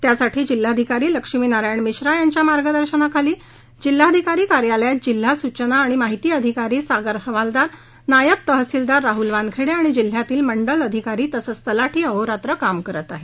त्यासाठी जिल्हाधिकारी लक्ष्मीनारायण मिश्रा यांच्या मार्गदर्शनाखाली जिल्हाधिकारी कार्यालयात जिल्हा सूचना आणि वैज्ञानिक माहिती अधिकारी सागर हवालदार नायब तहसीलदार राहुल वानखडे आणि जिल्ह्यातले सर्व मंडल अधिकारी तसंच तलाठी अहोरात्र काम करत आहेत